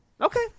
Okay